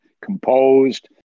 composed